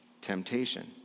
temptation